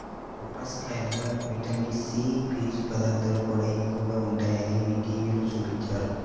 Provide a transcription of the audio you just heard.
బొప్పాస్కాయలో vitamin C, పీచు పదార్థాలు కూడా ఎక్కువగా ఉంటయ్యని టీవీలో చూపించారు